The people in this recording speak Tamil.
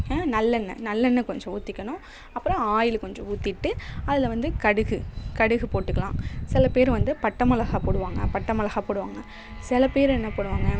நல்லெண்ணெய் நல்லெண்ணெய் கொஞ்சம் ஊற்றிக்கணும் அப்புறம் ஆயில் கொஞ்சம் ஊற்றிட்டு அதில் வந்து கடுகு கடுகு போட்டுக்கலாம் சில பேர் வந்து பட்டமிளகா போடுவாங்க பட்டை மிளகா போடுவாங்க சில பேர் என்ன போடுவாங்க